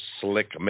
Slick